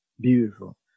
beautiful